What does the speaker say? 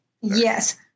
Yes